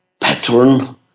pattern